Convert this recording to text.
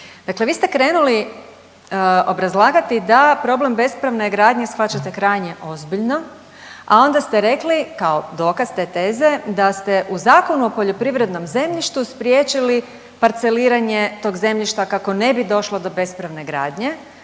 Dakle vi ste krenuli obrazlagati da problem bespravne gradnje shvaćate krajnje ozbiljno, a onda ste rekli kao dokaz te teze da ste u Zakonu o poljoprivredom zemljištu spriječili parceliranje tog zemljišta kako ne bi došlo do bespravne gradnje,